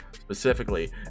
specifically